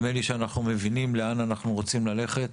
נדמה לי שאנחנו מבינים לאן אנחנו רוצים ללכת.